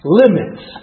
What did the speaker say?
limits